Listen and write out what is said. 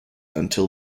until